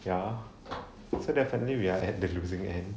ya so definitely we are at the losing end